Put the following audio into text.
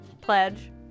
pledge